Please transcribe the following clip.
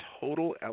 total